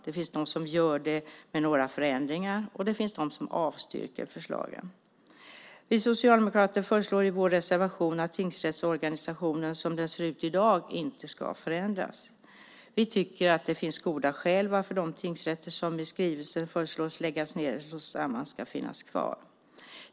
Det finns de som gör det med några förändringar. Det finns också de som avstyrker förslagen. Vi socialdemokrater föreslår i vår reservation att tingsrättsorganisationen som den ser ut i dag inte ska förändras. Vi tycker att det finns goda skäl till att de tingsrätter som i skrivelsen föreslås läggas ned eller slås samman ska finnas kvar.